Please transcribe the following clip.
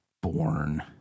born